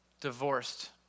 divorced